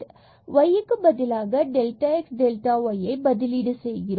x மற்றும் yக்கு பதிலாக delta x delta yஐ பதிலீடு செய்கிறோம்